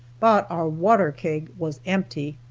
but our water keg was empty.